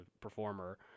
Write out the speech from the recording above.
performer